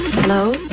Hello